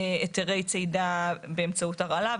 היתרי צידה באמצעות הרעלה.